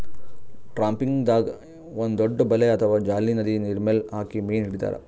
ಟ್ರಾಪಿಂಗ್ದಾಗ್ ಒಂದ್ ದೊಡ್ಡ್ ಬಲೆ ಅಥವಾ ಜಾಲಿ ನದಿ ನೀರ್ಮೆಲ್ ಹಾಕಿ ಮೀನ್ ಹಿಡಿತಾರ್